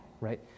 Right